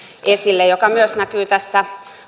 joka myös näkyy tässä